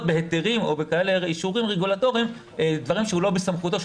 בהיתרים או באישורים רגולטוריים דברים שהם לא בסמכותו,